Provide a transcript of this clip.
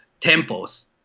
temples